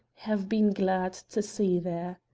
have been glad to see there.